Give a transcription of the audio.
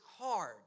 hard